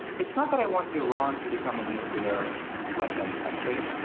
it's not that i want iran to become a nuclear weapon country.